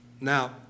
Now